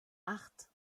acht